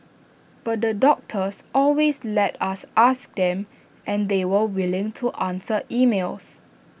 but the doctors always let us ask them and they were willing to answer emails